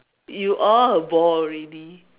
you are a ball already